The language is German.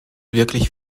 wirklich